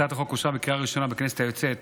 הצעת החוק אושרה בקריאה הראשונה בכנסת היוצאת